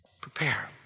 Prepare